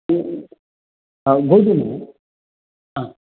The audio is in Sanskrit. हा गोधूम हा